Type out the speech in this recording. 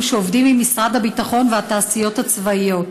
שעובדים עם משרד הביטחון והתעשיות הצבאיות.